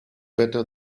better